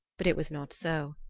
but it was not so.